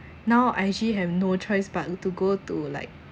now I actually have no choice but to go to like